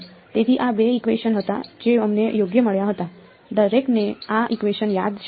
તેથી આ બે ઇકવેશન હતા જે અમને યોગ્ય મળ્યા હતા દરેકને આ ઇકવેશન યાદ છે